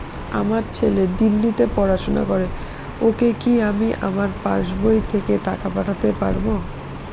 আমার ছেলে দিল্লীতে পড়াশোনা করে ওকে কি আমি আমার পাসবই থেকে টাকা পাঠাতে পারব?